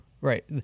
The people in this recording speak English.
right